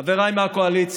חבריי מהקואליציה,